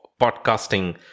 podcasting